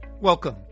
Welcome